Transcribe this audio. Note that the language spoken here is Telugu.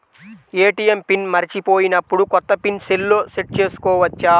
ఏ.టీ.ఎం పిన్ మరచిపోయినప్పుడు, కొత్త పిన్ సెల్లో సెట్ చేసుకోవచ్చా?